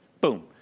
Boom